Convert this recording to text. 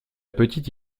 petite